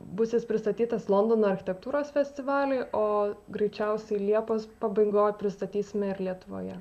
bus jis pristatytas londono architektūros festivaly o greičiausiai liepos pabaigoj pristatysime ir lietuvoje